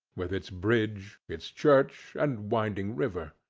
with its bridge, its church, and winding river.